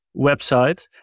website